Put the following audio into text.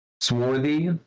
swarthy